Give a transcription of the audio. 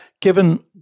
given